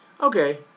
Okay